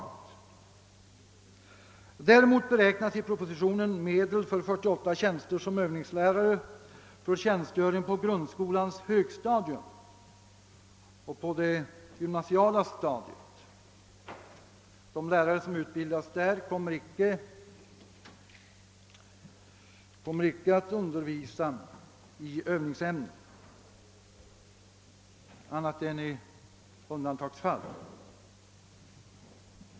Däremot beräknas i propositionen medel för 48 tjänster som övningslärare för tjänstgöring på grundskolans högstadium och på det gymnasiala stadiet. De lärare som utbildas där kommer inte att undervisa i övningsämnen annat än i undantagsfall.